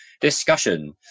discussion